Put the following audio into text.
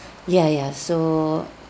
ya ya so